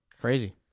Crazy